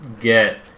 get